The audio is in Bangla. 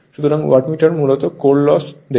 সুতরাং ওয়াটমিটার মূলত কোর লস দেবে